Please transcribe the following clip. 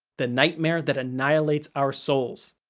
the nightmare that annihilates our souls.